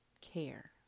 care